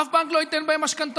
אף בנק לא ייתן להם משכנתאות.